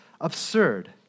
absurd